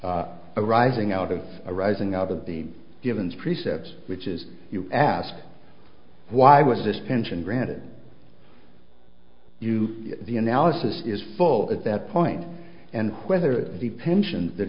arising out of arising out of the givens precepts which is you asked why was this pension granted you the analysis is full at that point and whether the pension that